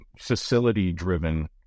facility-driven